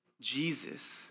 Jesus